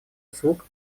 услуг